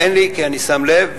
אני שם לב.